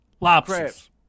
lobsters